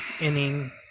inning